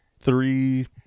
Three